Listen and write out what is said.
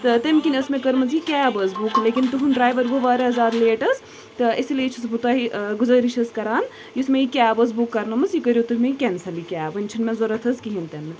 تہٕ تَمہِ کِنۍ ٲس مےٚ یہِ کیب حظ بُک لیکِن تُہُنٛد ڈریوَر گوٚو واریاہ زِیادٕ لیٹ حظ تہٕ اِسلیے چھُس بہٕ تۅہہِ گُزٲرِش حظ کران یُس مےٚ یہِ کیب ٲس بُک کَرنٲوۍمٕژ یہِ کٔرِو تُہۍ وۅنۍ کینسٕلٕے یہِ کیب وۅنۍ چھَنہٕ مےٚ ضروٗرت حظ کِہیٖنٛۍ تہِ نہٕ